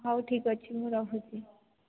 ହଉ ଠିକ୍ଅଛି ମୁଁ ରହୁଛି